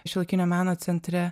šiuolaikinio meno centre